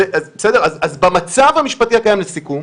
לסיכום,